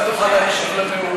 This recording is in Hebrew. גם תוכל להקשיב לנאום,